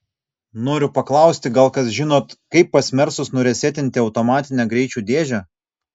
noriu paklausti gal kas žinot kaip pas mersus nuresetinti automatinę greičių dėžę